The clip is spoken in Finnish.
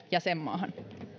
jäsenmaahan